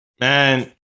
man